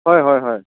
হয় হয় হয়